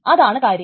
അതാണ് കാര്യം